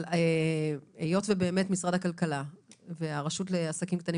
אבל היות שמשרד הכלכלה והרשות לעסקים קטנים